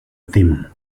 theme